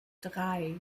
drei